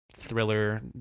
thriller